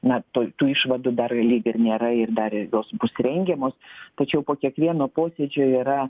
na tų tų išvadų dar lyg ir nėra ir dar ir jos bus rengiamos tačiau po kiekvieno posėdžio yra